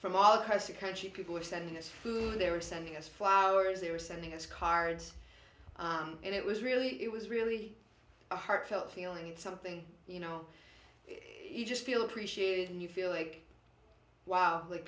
from all across the country people are sending us food they were sending us flowers they were sending us cards and it was really it was really a heartfelt feeling and something you know you just feel appreciated and you feel like w